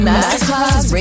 Masterclass